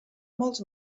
molts